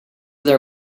their